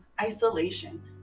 isolation